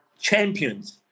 champions